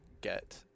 get